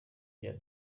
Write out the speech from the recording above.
rya